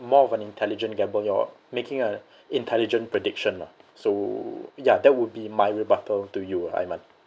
more of an intelligent gamble you're making an intelligent prediction lah so ya that would be my rebuttal to you iman